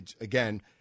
Again